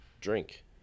drink